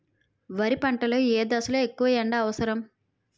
వరి పంట లో ఏ దశ లొ ఎక్కువ ఎండా అవసరం?